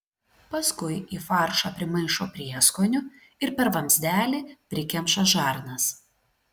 paskui į faršą primaišo prieskonių ir per vamzdelį prikemša žarnas